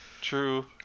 True